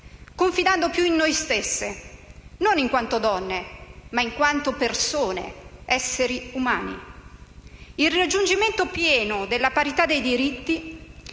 confidando più in noi stesse, non in quanto donne, ma in quanto persone, esseri umani. Il raggiungimento pieno della parità dei diritti